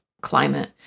climate